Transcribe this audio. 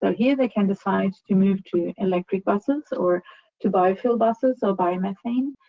so here, they can decide to move to electric buses or to bio-fuel buses or biomethane.